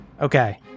Okay